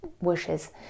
wishes